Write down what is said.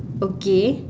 okay